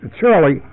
Charlie